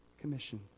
commission